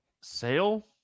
sale